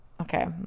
Okay